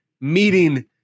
meeting